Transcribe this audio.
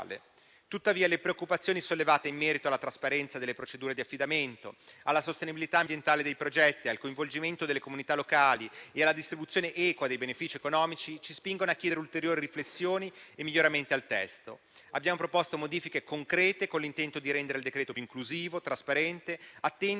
Tuttavia, le preoccupazioni sollevate in merito alla trasparenza delle procedure di affidamento, alla sostenibilità ambientale dei progetti, al coinvolgimento delle comunità locali e all'equa distribuzione dei benefici economici, ci spingono a chiedere ulteriori riflessioni e miglioramenti al testo. Abbiamo proposto modifiche concrete con l'intento di rendere il decreto-legge più inclusivo, trasparente e attento